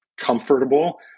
comfortable